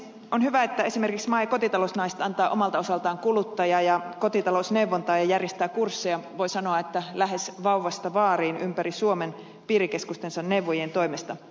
on hyvä että esimerkiksi maa ja kotitalousnaiset antaa omalta osaltaan kuluttaja ja kotitalousneuvontaa ja järjestää kursseja voi sanoa että lähes vauvasta vaariin ympäri suomen piirikeskustensa neuvojien toimesta